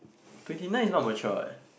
twenty nine is not mature what